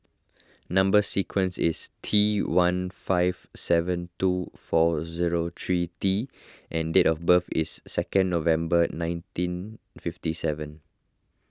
Number Sequence is T one five seven two four zero three T and date of birth is second November nineteen fifty seven